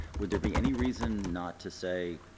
would there be any reason not to say